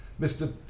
Mr